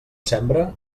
sembra